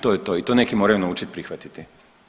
To je to i to neki moraju naučiti prihvatiti.